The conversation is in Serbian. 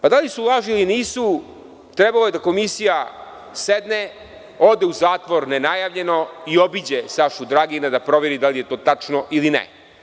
Da li su laži ili nisu, Komisija je trebala da sedne, ode u zatvor nenajavljeno i obiđe Sašu Dragina, da proveri da li je to tačno ili ne.